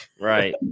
right